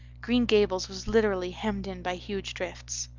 green gables was literally hemmed in by huge drifts.